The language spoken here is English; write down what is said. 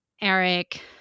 Eric